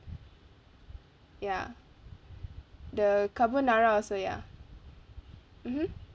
ya the carbonara also ya mmhmm